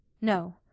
No